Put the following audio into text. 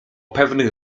pewnych